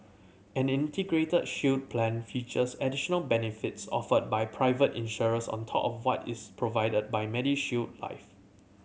an Integrated Shield Plan features additional benefits offered by private insurers on top of what is provided by MediShield Life